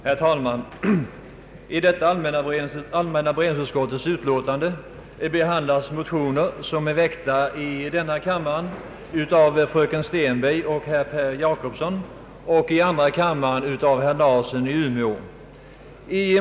Herr talman! I detta allmänna beredningsutskottets utlåtande behandlas motioner som är väckta i denna kammare av fröken Stenberg och herr Per Jacobsson och i andra kammaren av herr Larsson i Umeå m.fl.